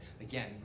Again